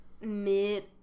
mid